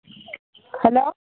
hello